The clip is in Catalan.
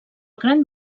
gran